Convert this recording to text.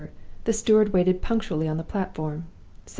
the steward waited punctually on the platform,